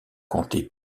compté